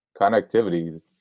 connectivity